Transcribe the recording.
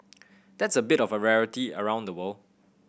that's a bit of a rarity around the world